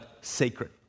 sacred